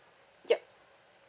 yup